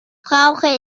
brauche